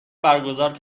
برگزار